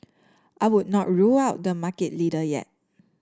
I would not rule out the market leader yet